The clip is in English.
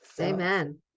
Amen